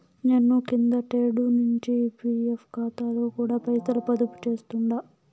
నేను కిందటేడు నించి పీఎఫ్ కాతాలో కూడా పైసలు పొదుపు చేస్తుండా